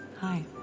Hi